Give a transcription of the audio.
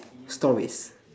stories